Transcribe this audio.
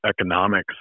economics